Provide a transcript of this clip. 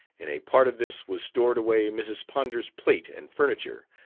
in a part of this was stored away mrs. ponder's plate and furniture,